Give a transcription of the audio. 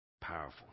Powerful